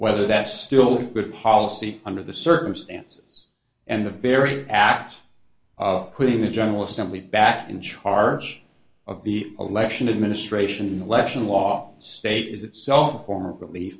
whether that's still good policy under the circumstances and the very act of putting the general assembly back in charge of the election administration election law state is itself a form of relief